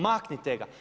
Maknite ga!